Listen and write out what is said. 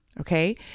Okay